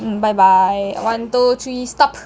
mm bye bye one two three stop